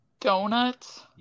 Donuts